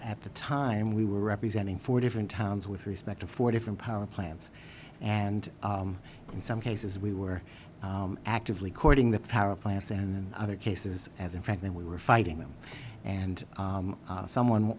at the time we were representing four different towns with respect to four different power plants and in some cases we were actively courting the power plants and other cases as in fact then we were fighting them and someone